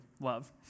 love